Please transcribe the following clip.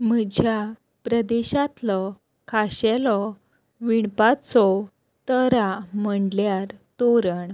म्हज्या प्रदेशांतलो खाशेलो विणपाचो तरा म्हणल्यार तोरण